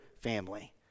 family